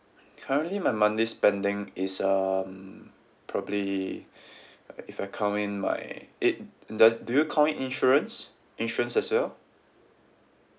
currently my monthly spending is um probably uh if I count in my eh do~ do you count in insurance insurance as well